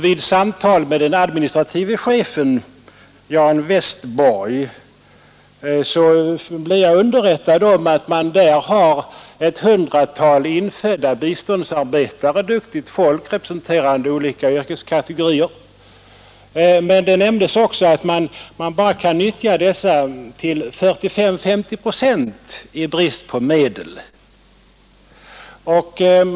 Vid samtal med den administrative chefen Jan Westborg blev jag underrättad om att man där har ett hundratal infödda biståndsarbetare, duktigt folk representerande olika yrkeskategorier, men det nämndes också att man bara kan nyttja dessa till 45 å 50 procent i brist på medel.